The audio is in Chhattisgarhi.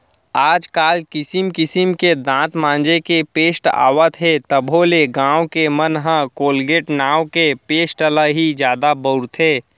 आज काल किसिम किसिम के दांत मांजे के पेस्ट आवत हे तभो ले गॉंव के मन ह कोलगेट नांव के पेस्ट ल ही जादा बउरथे